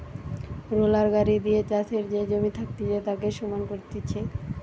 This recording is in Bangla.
রোলার গাড়ি দিয়ে চাষের যে জমি থাকতিছে তাকে সমান করতিছে